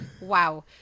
Wow